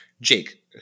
Jake